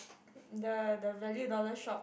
the the value dollar shop